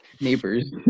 neighbors